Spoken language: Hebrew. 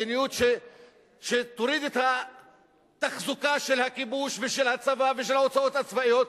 מדיניות שתוריד את התחזוקה של הכיבוש ושל הצבא ושל ההוצאות הצבאיות,